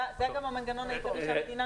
זה גם המנגנון העיקרי שהמדינה נותנת.